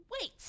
wait